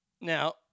Now